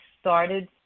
started